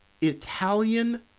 Italian